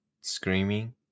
screaming